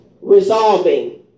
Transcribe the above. Resolving